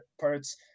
parts